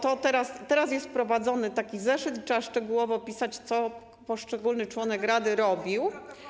Teraz jest wprowadzony taki zeszyt i trzeba szczegółowo pisać, co poszczególny członek rady robił.